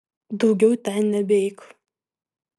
daugiau ten nebeik